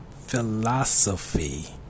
philosophy